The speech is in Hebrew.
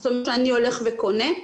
אני הולך וקונה,